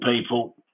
people